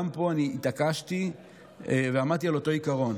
גם פה אני התעקשתי ועמדתי על אותו עיקרון,